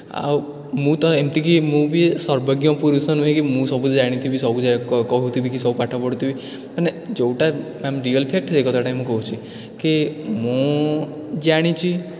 ଆଉ ମୁଁ ତ ଏମିତିକି ମୁଁ ବି ସର୍ବଜ୍ଞ ପୁରୁଷ ନୁହେଁ କି ମୁଁ ସବୁ ଜାଣିଥିବି ସବୁଯାକ କହୁଥିବି କି ସବୁ ପାଠ ପଢ଼ୁଥିବି ମାନେ ଯେଉଁଟା ମ୍ୟାମ୍ ରିଅଲ୍ ଫ୍ୟାକ୍ଟ୍ ସେହି କଥାଟା ହିଁ ମୁଁ କହୁଛି କି ମୁଁ ଜାଣିଛି